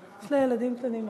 יש לה ילדים קטנים בבית.